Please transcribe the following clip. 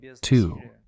two